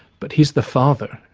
but he's the father.